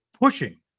pushing